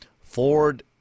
Ford